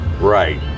right